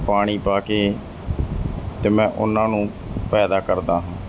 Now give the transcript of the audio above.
ਪਾਣੀ ਪਾ ਕੇ ਅਤੇ ਮੈਂ ਉਹਨਾਂ ਨੂੰ ਪੈਦਾ ਕਰਦਾ ਹਾਂ